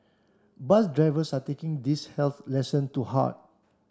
bus drivers are taking these health lesson to heart